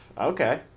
Okay